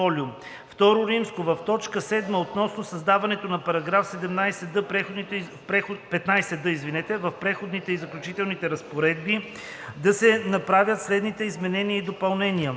брашно. II. В т. 7 относно създаването на § 15д в Преходните и заключителните разпоредби да се направят следните изменения и допълнения: